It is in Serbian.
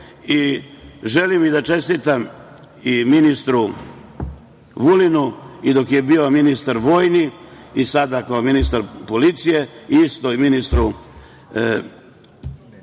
Želim da čestitam ministru Vulinu i dok je bio ministar vojni i sada kao ministar policije, isto i ministru